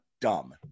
dumb